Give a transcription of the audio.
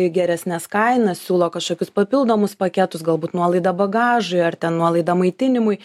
geresnes kainas siūlo kažkokius papildomus paketus galbūt nuolaidą bagažui ar ten nuolaidą maitinimui